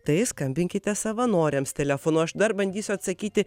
tai skambinkite savanoriams telefonu aš dar bandysiu atsakyti